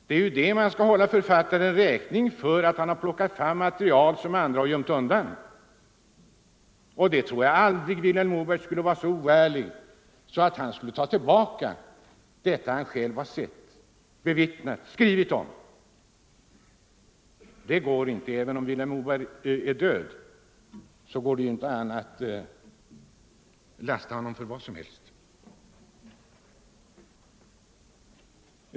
Vad man framför allt skall hålla Vilhelm Moberg räkning för är ju att han har plockat fram material som andra har gömt undan. Jag tror aldrig att Vilhelm Moberg skulle vara så oärlig att han skulle ta tillbaka vad han själv sett, bevittnat och skrivit om. Även om Vilhelm Moberg är död går det inte an att lasta honom för vad som helst.